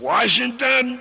Washington